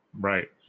right